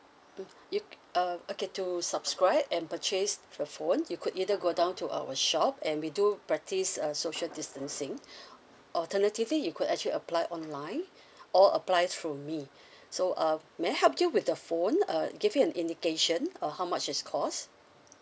mm you uh okay to subscribe and purchase your phone you could either go down to our shop and we do practise uh social distancing alternatively you could actually apply online or apply through me so uh may I help you with the phone uh give you an indication uh how much it's cost